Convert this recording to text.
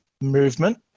movement